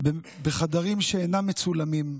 בחדרים שאינם מצולמים,